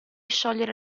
sciogliere